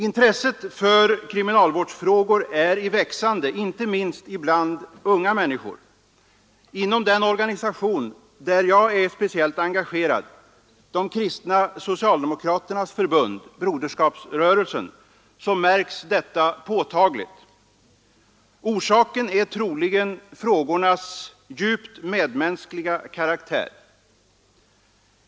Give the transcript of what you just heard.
Intresset för kriminalvårdsfrågor är i växande, inte minst bland unga människor. Inom den organisation där jag är speciellt engagerad, de kristna socialdemokraternas förbund — Broderskapsrörelsen, märks detta påtagligt. Orsaken är troligen frågornas djupt medmänskliga karaktär.